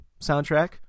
soundtrack